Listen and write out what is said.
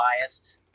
biased